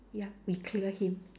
ya we clear him